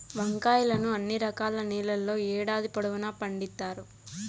వంకాయలను అన్ని రకాల నేలల్లో ఏడాది పొడవునా పండిత్తారు